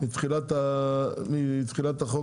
מתחילת החוק,